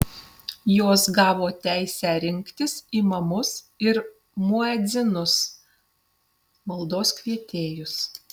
jos gavo teisę rinktis imamus ir muedzinus maldos kvietėjus